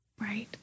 Right